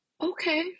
Okay